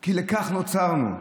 כי לכך נוצרנו,